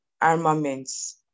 armaments